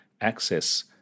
access